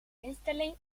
instelling